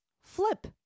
Flip